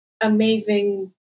amazing